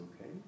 okay